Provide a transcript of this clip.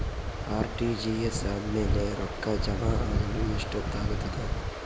RTGS ಆದ್ಮೇಲೆ ರೊಕ್ಕ ಜಮಾ ಆಗಲು ಎಷ್ಟೊತ್ ಆಗತದ?